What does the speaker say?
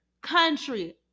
country